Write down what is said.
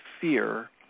fear